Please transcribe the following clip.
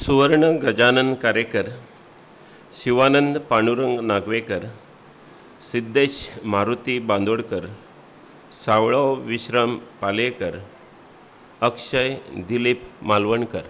सुवर्ण गजानन कारेकर शिवानंद पाडूरंग नागवेकर सिध्देश मारूती बांदोडकर सावळो विश्राम पालेकर अक्षय दिलीप मालवणकर